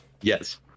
Yes